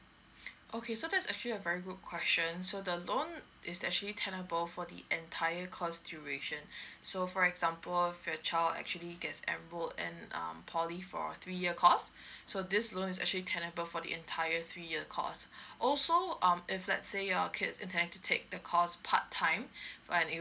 okay so that's actually a very good question so the loan is actually tenable for the entire course duration so for example if your child actually gets enrolled in um poly for three year course so this loan is actually tenable for the entire three year course also um if let's say your kids intend to take the course part time right it